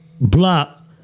block